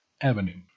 Avenue